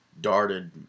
darted